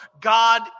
God